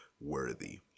worthy